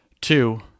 Two